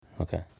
Okay